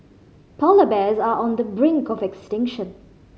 polar bears are on the brink of extinction